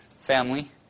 family